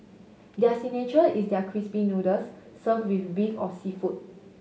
their signature is their crispy noodles serve with beef or seafood